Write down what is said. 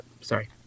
Sorry